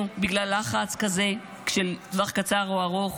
בגלל לחץ כזה בטווח הקצר או הארוך.